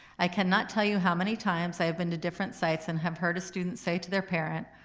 i cannot tell you how many times i have been to different sites and have heard a student say to their parent,